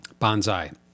bonsai